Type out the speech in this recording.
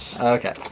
Okay